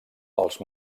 els